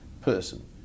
person